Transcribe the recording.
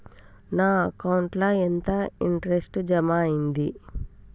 నా అకౌంట్ ల ఎంత ఇంట్రెస్ట్ జమ అయ్యింది?